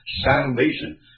salvation